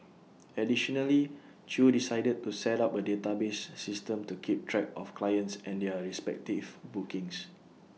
additionally chew decided to set up A database system to keep track of clients and their respective bookings